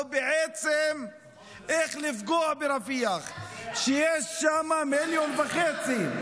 או בעצם איך לפגוע ברפיח כשיש שם מיליון וחצי.